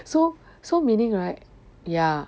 so so meaning right ya